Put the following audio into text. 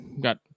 Got